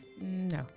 no